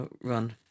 run